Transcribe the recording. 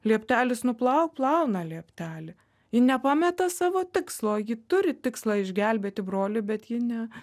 lieptelis nuplauk plauna lieptelį ji nepameta savo tikslo ji turi tikslą išgelbėti brolį bet ji ne